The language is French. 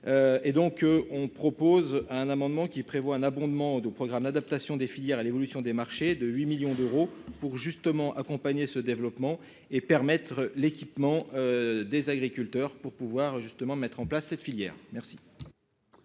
et donc on propose à un amendement qui prévoit un abondement programme d'adaptation des filières à l'évolution des marchés de 8 millions d'euros pour justement accompagner ce développement et permettre l'équipement des agriculteurs pour pouvoir justement mettre en place cette filière merci.